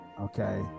okay